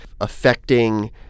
affecting